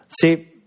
See